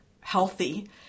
healthy